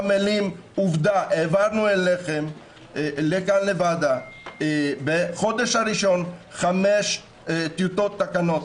העברנו לכאן לוועדה בחודש הראשון חמש טיוטות תקנות.